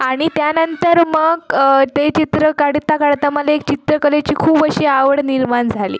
आणि त्यानंतर मग ते चित्र काढता काढता मलाही चित्रकलेची खूप अशी आवड निर्माण झाली